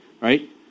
right